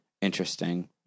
interesting